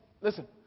listen